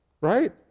Right